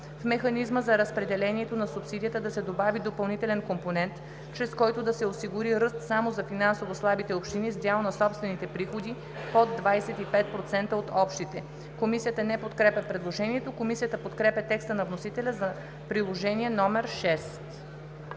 „В механизма за разпределението на субсидията да се добави допълнителен компонент, чрез който да се осигури ръст само за финансово слабите общини с дял на собствените приходи под 25% от общите“. Комисията не подкрепя предложението. Комисията подкрепя текста на вносителя за Приложение № 6.